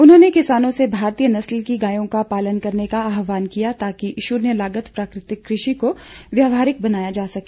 उन्होंने किसानों से भारतीय नस्ल की गायों का पालन करने का आहवान किया ताकि शून्य लागत प्राकृतिक कृषि को व्यावहारिक बनाया जा सके